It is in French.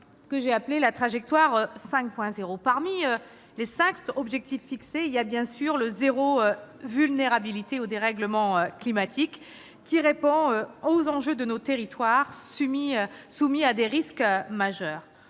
que j'ai appelée la « trajectoire 5.0 ». Parmi les cinq objectifs fixés, le « zéro vulnérabilité au dérèglement climatique » répond aux enjeux de nos territoires soumis à des risques majeurs,